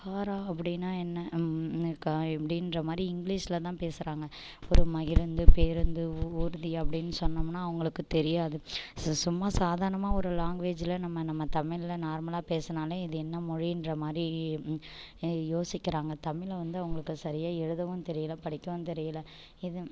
காரா அப்படின்னா என்ன கா அப்படின்ற மாதிரி இங்கிலீஷ்ல தான் பேசுகிறாங்க ஒரு மகிழுந்து பேருந்து ஊர்தி அப்படின்னு சொன்னோம்னால் அவங்களுக்கு தெரியாது சும்மா சாதாரணமாக ஒரு லாங்குவேஜ்ல நம்ம நம்ம தமிழ்ல நார்மலாக பேசுனாலே இது என்ன மொழின்ற மாதிரி யோசிக்கிறாங்கள் தமிழை வந்து அவங்களுக்கு அது சரியாக எழுதவும் தெரியலை படிக்கவும் தெரியலை இது